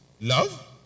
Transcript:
love